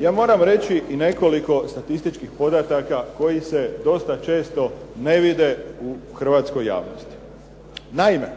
ja moram reći i nekoliko statističkih podataka koji se dosta često ne vide u hrvatskoj javnosti. Naime,